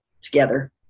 together